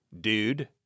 dude